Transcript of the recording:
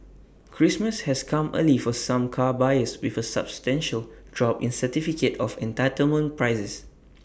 Christmas has come early for some car buyers with A substantial drop in certificate of entitlement prices